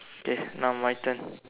yes now my turn